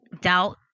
doubt